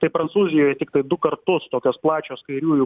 tai prancūzijoj tiktai du kartus tokios plačios kairiųjų